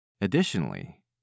Additionally